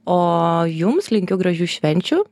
o jums linkiu gražių švenčių